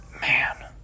Man